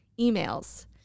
emails